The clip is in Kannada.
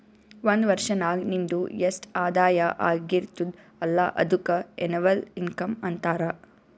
ಒಂದ್ ವರ್ಷನಾಗ್ ನಿಂದು ಎಸ್ಟ್ ಆದಾಯ ಆಗಿರ್ತುದ್ ಅಲ್ಲ ಅದುಕ್ಕ ಎನ್ನವಲ್ ಇನ್ಕಮ್ ಅಂತಾರ